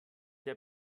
der